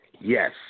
yes